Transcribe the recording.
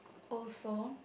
also